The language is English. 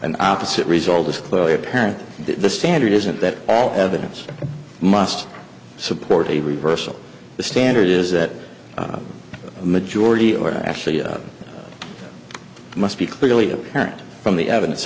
an opposite result is clearly apparent that the standard isn't that all evidence must support a reversal the standard is that a majority or actually it must be clearly apparent from the evidence